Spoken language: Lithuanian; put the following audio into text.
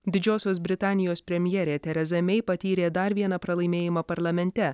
didžiosios britanijos premjerė tereza mei patyrė dar vieną pralaimėjimą parlamente